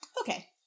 Okay